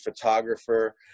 photographer